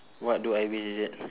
what do I wish is it